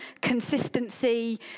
consistency